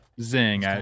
zing